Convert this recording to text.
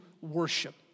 worship